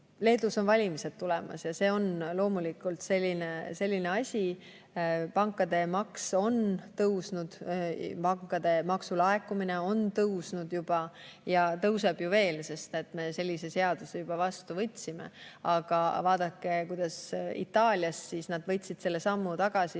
Leedus on valimised tulemas ja see on loomulikult selline asi … Pankade maks on tõusnud, pankade maksu laekumine on juba tõusnud ja tõuseb veel, sest me võtsime sellise seaduse vastu. Aga vaadake, Itaalias nad võtsid selle sammu tagasi